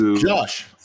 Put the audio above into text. Josh